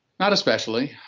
not especially.